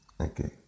okay